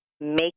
make